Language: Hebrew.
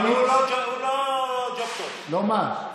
אבל הוא לא ג'וב טוב, הוא נבחר.